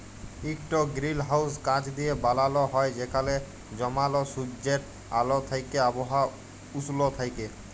ইকট গিরিলহাউস কাঁচ দিঁয়ে বালাল হ্যয় যেখালে জমাল সুজ্জের আল থ্যাইকে আবহাওয়া উস্ল থ্যাইকে